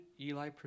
Eli